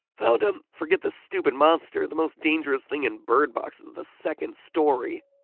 found em. forget this stupid monster, the most dangerous thing in bird box is the second story.